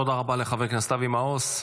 תודה רבה לחבר הכנסת אבי מעוז.